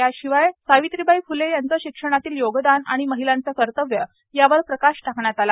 याशिवाय सावित्रीबाई फ्ले यांचे शिक्षणातील योगदान आणि महिलांचे कर्तव्य यावर प्रकाश टाकण्यात आला